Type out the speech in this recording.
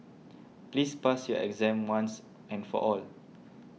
please pass your exam once and for all